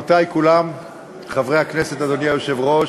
חברי הכנסת, אדוני היושב-ראש,